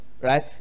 right